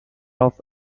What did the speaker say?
off